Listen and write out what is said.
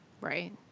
right